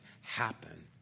happen